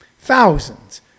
Thousands